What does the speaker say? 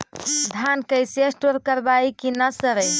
धान कैसे स्टोर करवई कि न सड़ै?